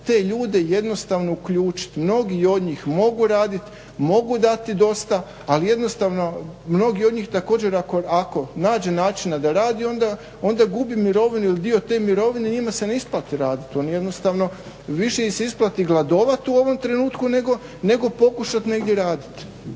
te ljude jednostavno uključiti. Mnogi od njih mogu raditi, mogu dati dosta ali jednostavno mnogi od njih također ako nađe načina da rati onda gubi mirovinu jel dio mirovine njima se ne isplati raditi. više im se isplati gladovati u ovom trenutku nego pokušati negdje raditi.